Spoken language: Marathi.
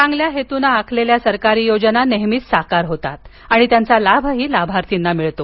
चांगल्या हेतूनं आखलेल्या सरकारी योजना नेहमीच साकार होतात आणि त्यांचा लाभही लाभार्थ्यांना मिळतो